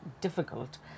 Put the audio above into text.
difficult